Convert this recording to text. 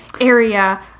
area